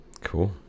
Cool